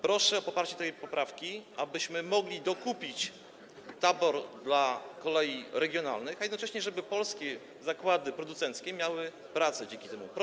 Proszę o poparcie tej poprawki, abyśmy mogli dokupić tabor dla kolei regionalnych, a jednocześnie żeby polskie zakłady producenckie miały dzięki temu pracę.